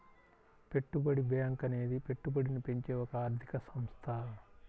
పెట్టుబడి బ్యాంకు అనేది పెట్టుబడిని పెంచే ఒక ఆర్థిక సంస్థ